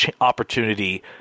opportunity